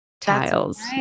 tiles